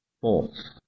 false